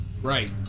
Right